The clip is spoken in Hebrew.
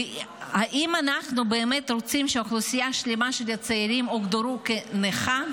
האם אנחנו באמת רוצים שאוכלוסייה שלמה של צעירים יוגדרו כנכים?